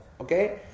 Okay